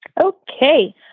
Okay